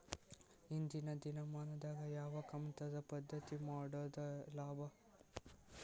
ಇಂದಿನ ದಿನಮಾನದಾಗ ಯಾವ ಕಮತದ ಪದ್ಧತಿ ಮಾಡುದ ಲಾಭ?